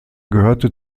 gehörte